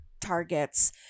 targets